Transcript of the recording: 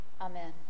Amen